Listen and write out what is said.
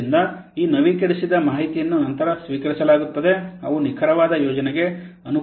ಆದ್ದರಿಂದ ಈ ನವೀಕರಿಸಿದ ಮಾಹಿತಿಯನ್ನು ನಂತರ ಸ್ವೀಕರಿಸಲಾಗುತ್ತದೆ ಅವು ನಿಖರವಾದ ಯೋಜನೆಗೆ ಅನುಕೂಲವಾಗುತ್ತವೆ